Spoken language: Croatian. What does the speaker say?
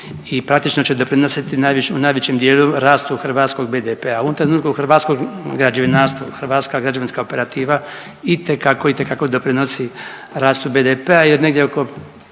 i praktično će doprinositi u najvećem dijelu rastu hrvatskog BDP-a. U ovom trenutku hrvatsko građevinarstvo, Hrvatska građevinska operativa itekako, itekako doprinosi rastu BDP-a jer negdje oko